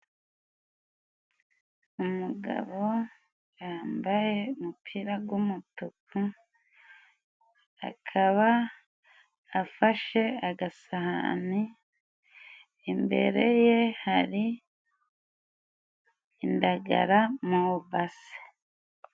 Umugabo yambaye umupira gw'umutuku, akaba afashe agasahani, imbere ye hari indagara mu base.